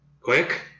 Quick